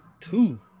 Two